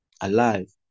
alive